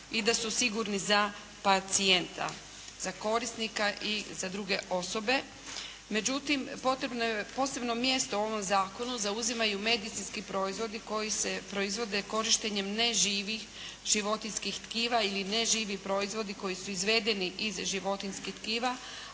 i da su sigurni za pacijenta, za korisnika i za druge osobe. Međutim potrebno je, posebno mjesto u ovom zakonu zauzimaju medicinski proizvodi koji se proizvode korištenjem neživih životinjskih tkiva ili neživi proizvodi koji su izvedeni iz životinjskih tkiva